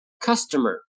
Customer